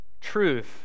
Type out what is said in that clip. truth